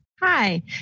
Hi